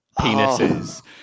penises